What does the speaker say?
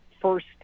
first